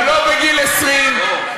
גם לא בגיל 20,